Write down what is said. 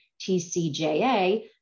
TCJA